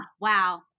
wow